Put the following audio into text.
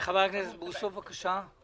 חבר הכנסת בוסו, בבקשה.